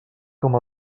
com